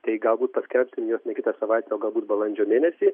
tai galbūt paskelbsim juos ne kitą savaitę o galbūt balandžio mėnesį